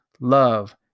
love